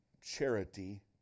Charity